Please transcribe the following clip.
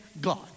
God